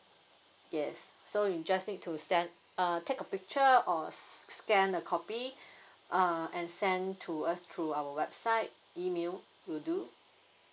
yes so you just need to send uh take a picture or scan the copy uh and send to us through our website email will do